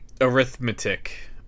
Arithmetic